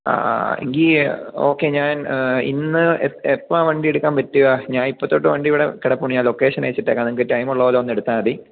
ആ ആ എങ്കിൽ ഓക്കെ ഞാൻ ഇന്ന് എപ്പോളാ വണ്ടി എടുക്കാൻ പറ്റുക ഞാൻ ഇപ്പോൾ തൊട്ട് വണ്ടി ഇവിടെ കിടപ്പുണ്ട് ഞാൻ ലൊക്കേഷൻ അയച്ചിട്ടേക്കാം നിങ്ങൾക്ക് ടൈം ഉള്ളപോലെ വന്ന് എടുത്താൽ മതി